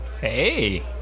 Hey